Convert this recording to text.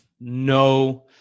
no